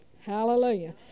Hallelujah